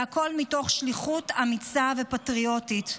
והכול מתוך שליחות אמיצה ופטריוטית.